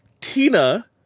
Tina